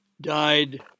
died